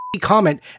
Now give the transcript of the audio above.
comment